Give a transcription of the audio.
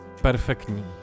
perfektní